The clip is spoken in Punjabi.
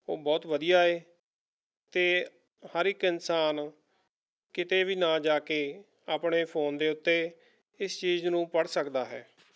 ਉਹ ਬਹੁਤ ਵਧੀਆ ਹੈ ਅਤੇ ਹਰ ਇੱਕ ਇਨਸਾਨ ਕਿਤੇ ਵੀ ਨਾ ਜਾ ਕੇ ਆਪਣੇ ਫੋਨ ਦੇ ਉੱਤੇ ਇਸ ਚੀਜ਼ ਨੂੰ ਪੜ੍ਹ ਸਕਦਾ ਹੈ